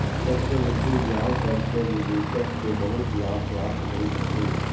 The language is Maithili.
चक्रवृद्धि ब्याज दर सॅ निवेशक के बहुत लाभ प्राप्त होइत अछि